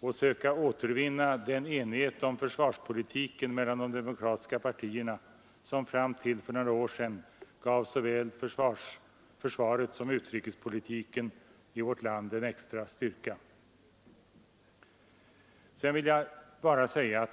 och söka återvinna den enighet om försvarspolitiken mellan de demokratiska partierna som fram till för några år sedan gav såväl försvaret som utrikespolitiken i vårt land en extra styrka.